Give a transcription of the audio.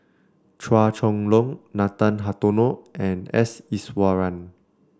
Chua Chong Long Nathan Hartono and S Iswaran